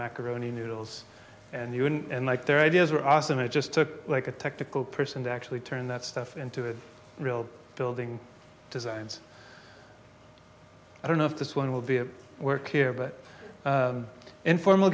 macaroni noodles and you wouldn't like their ideas were awesome it just took like a technical person to actually turn that stuff into it real building designs i don't know if this one will be a work here but informal